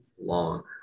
long